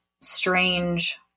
strange